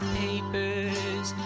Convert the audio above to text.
papers